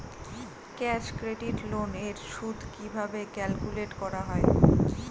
Cash credit loan এর সুদ কিভাবে ক্যালকুলেট করা হয়?